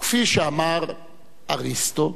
וכפי שאמר אריסטו: